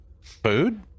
food